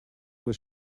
was